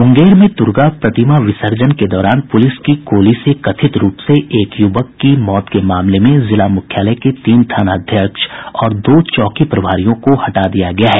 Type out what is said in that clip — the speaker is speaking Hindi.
मुंगेर में दुर्गा प्रतिमा विसर्जन के दौरान पुलिस की गोली से कथित रूप से एक युवक की मौत के मामले में जिला मुख्यालय के तीन थानाध्यक्ष और दो चौकी प्रभारियों को हटा दिया गया है